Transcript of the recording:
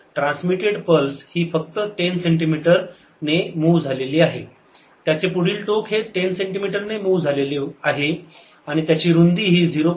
transmitted pulse ही फक्त 10 सेंटिमीटरने मूव्ह झाली आहे त्याचे पुढील टोक हे फक्त 10 सेंटिमीटरने मूव्ह झाले आहे आणि त्याची रुंदी ही 0